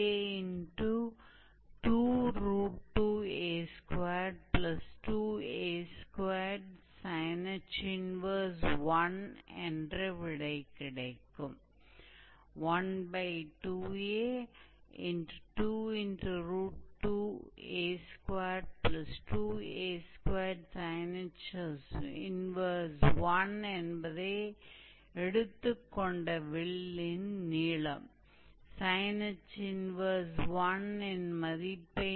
यदि आप यहाँ चाहते हैं तो आप इसे और सरल कर सकते हैं लेकिन हम कहेंगे कि उत्तर को यहाँ पर छोड़ें